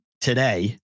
today